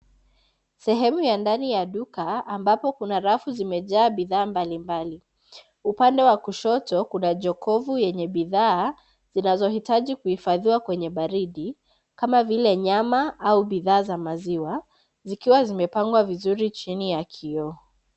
Sehemu ya ndani ya duka ambapo kuna rafu zimejaa bidhaa mbalimbali. Upande wa kushoto kuna jokofu yenye bidhaa zinazohitaji kuhifadhiwa kwenye baridi kama vile nyama au bidhaa za maziwa zikiwa zimepangwa vizuri chini ya kioo.